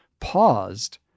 Paused